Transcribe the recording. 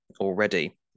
already